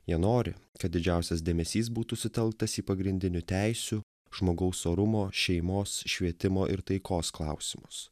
jie nori kad didžiausias dėmesys būtų sutelktas į pagrindinių teisių žmogaus orumo šeimos švietimo ir taikos klausimus